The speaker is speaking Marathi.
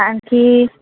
आणखी